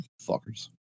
Fuckers